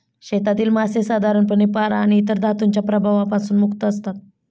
शेतातील मासे साधारणपणे पारा आणि इतर धातूंच्या प्रभावापासून मुक्त असतात